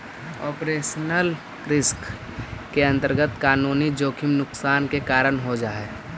operational risk के अंतर्गत कानूनी जोखिम नुकसान के कारण हो जा हई